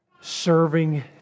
serving